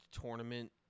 tournament